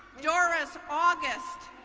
doris augustt.